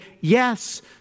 yes